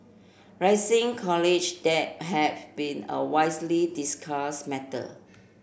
rising college debt have been a widely discuss matter